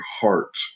heart